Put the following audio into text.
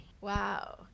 Wow